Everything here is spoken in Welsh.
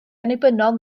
annibynnol